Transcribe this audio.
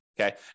Okay